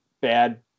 bad